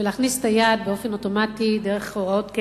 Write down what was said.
ולהכניס את היד באופן אוטומטי, דרך הוראות קבע,